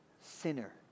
sinner